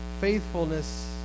Faithfulness